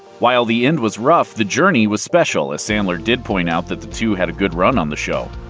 while the end was rough, the journey was special, as sandler did point out that the two had a good run on the show.